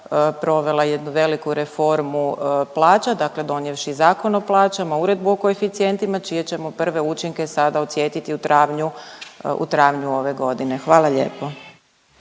provela jednu veliku reformu plaća dakle donijevši Zakon o plaćama, Uredbu o koeficijentima čije ćemo prve učinke sada osjetiti u travnju, u travnju ove godine. Hvala lijepo.